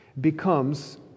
becomes